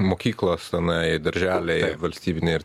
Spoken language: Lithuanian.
mokyklos tenai darželiai valstybiniai ir